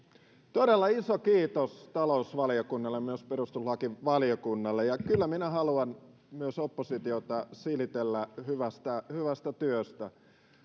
todella iso kiitos talousvaliokunnalle myös perustuslakivaliokunnalle ja kyllä minä haluan myös oppositiota silitellä hyvästä hyvästä työstä